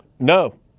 No